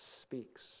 speaks